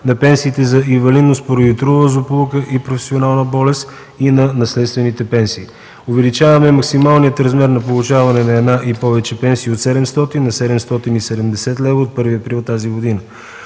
на пенсиите за инвалидност поради трудова злополука или професионална болест и на наследствените пенсии. Увеличаване на максималния размер на получаваните една и повече пенсии от 700,00 на 770,00 лв. от 1 април тази година.